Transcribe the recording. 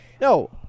No